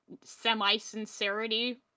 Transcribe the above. semi-sincerity